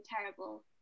terrible